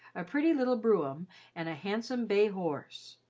a pretty little brougham and a handsome bay horse.